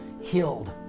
healed